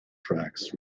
tracks